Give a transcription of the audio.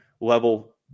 level